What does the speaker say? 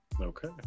Okay